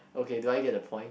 okay do I get the point